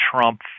Trump